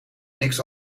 niets